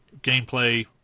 gameplay